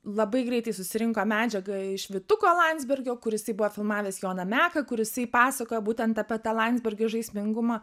labai greitai susirinkom medžiagą iš vytuko landsbergio kur jisai buvo filmavęs joną meką kur jisai pasakojo būtent apie tą landsbergio žaismingumą